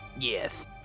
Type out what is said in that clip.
Yes